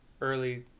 early